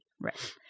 Right